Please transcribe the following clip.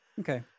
okay